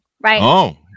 right